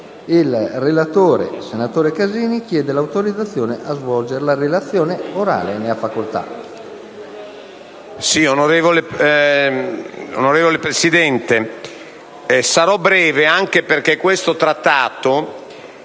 Il relatore, senatore Casini, ha chiesto l'autorizzazione a svolgere la relazione orale. Non facendosi